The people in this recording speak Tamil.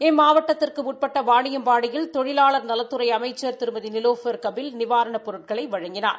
இம்மாவட்டத்திற்கு உட்பட்ட வாணியம்பாடியில் தொழிவாளா் நலத்துறை அமைச்சா் திருமதி நிலோபர் கபில் நிவாரணப் பொருட்களை வழங்கினார்